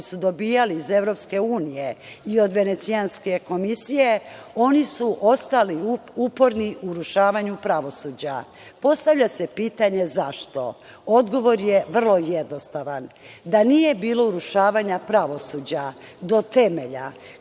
su dobijali iz Evropske unije i od Venecijanske komisije, oni su ostali uporni u urušavanju pravosuđa. Postavlja se pitanje zašto. Odgovor je vrlo jednostavan. Da nije bilo urušavanja pravosuđa do temelja,